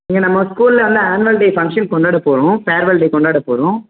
இங்கே நம்ம ஸ்கூலில் வந்து ஆன்வல்டே ஃபங்க்ஷன் கொண்டாடப் போகிறோம் ஃபேர்வல்டே கொண்டாடப் போகிறோம்